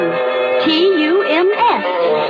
T-U-M-S